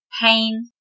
Pain